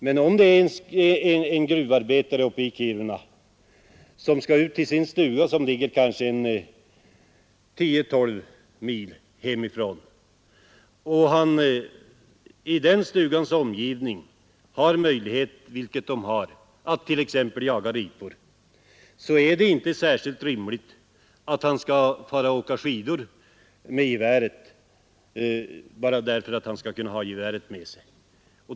Men om en gruvarbetare i Kiruna skall ut till sin stuga, som kanske ligger 10—12 mil hemifrån, och han i den stugans omgivning har möjlighet att t.ex. jaga ripor, är det inte rimligt att han skall tvingas åk skidor för att få med g geväret.